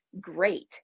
great